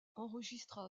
enregistra